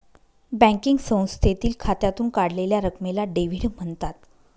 banking संस्थेतील खात्यातून काढलेल्या रकमेला डेव्हिड म्हणतात